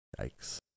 Yikes